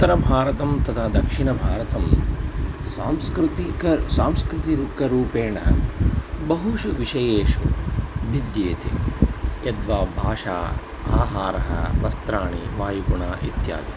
उत्तरभारतं तथा दक्षिणभारतं सांस्कृतिकं सांस्कृतिकरूपेण बहुषु विषयेषु भिद्येते यद् वा भाषा आहारः वस्त्राणि वायुगुणः इत्यादि